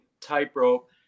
tightrope